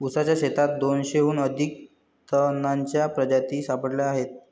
ऊसाच्या शेतात दोनशेहून अधिक तणांच्या प्रजाती सापडल्या आहेत